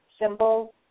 symbols